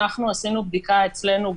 אנחנו עשינו בדיקה אצלנו,